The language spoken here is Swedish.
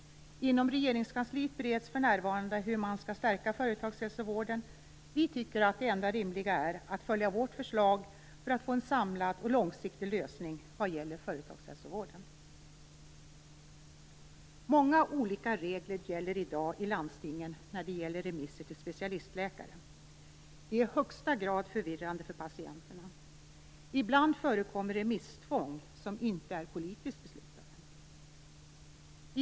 Inom regeringskansliet bereds för närvarande hur man skall stärka företagshälsovården. Vi tycker att det enda rimliga är att följa vårt förslag för att få en samlad och långsiktig lösning vad gäller företagshälsovården. Många olika regler gäller i dag i landstingen vad avser remisser till specialistläkare. Det är i högsta grad förvirrande för patienterna. Ibland förekommer remisstvång som inte är politiskt beslutade.